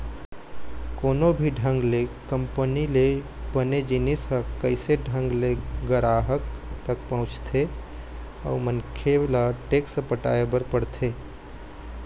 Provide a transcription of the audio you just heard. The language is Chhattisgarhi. कोनो भी ढंग ले कंपनी ले बने जिनिस ह कइसे ढंग ले गराहक तक पहुँचथे अउ मनखे ल टेक्स पटाय बर पड़थे